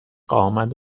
آمد